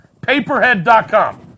paperhead.com